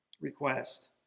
request